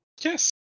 yes